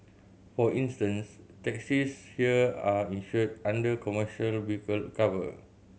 for instance taxis here are insured under commercial vehicle cover